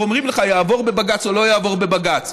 אומרים לך: יעבור בבג"ץ או לא יעבור בבג"ץ.